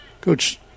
Coach